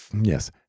Yes